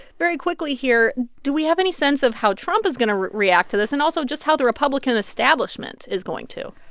very quickly here, do we have any sense of how trump is going to react to this, and also, just how the republican establishment is going to?